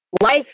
life